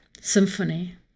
symphony